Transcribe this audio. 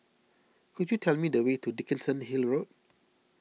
could you tell me the way to Dickenson Hill Road